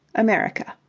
america.